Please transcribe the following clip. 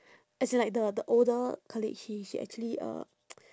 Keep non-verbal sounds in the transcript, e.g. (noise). as in like the the older colleague she she actually uh (noise)